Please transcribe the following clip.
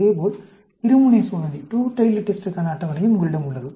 இதேபோல் இரு முனை சோதனைக்கான அட்டவணையும் உங்களிடம் உள்ளது